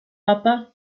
papa